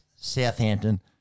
Southampton